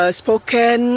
spoken